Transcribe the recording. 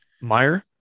Meyer